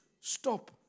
Stop